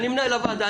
אני מנהל הוועדה,